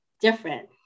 different